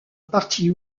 partie